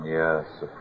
yes